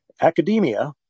academia